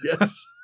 Yes